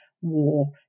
war